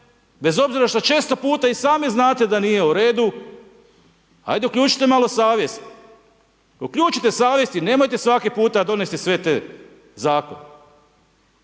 bez obzira što često puta i sami znate da nije u redu. Hajde uključite malo savjest. Uključite savjest i nemojte svaki puta donesti sve te zakone.